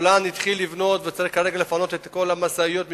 קבלן שהתחיל לבנות וצריך לפנות את כל המשאיות מהמקום,